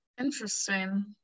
Interesting